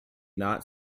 not